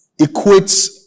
equates